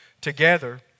together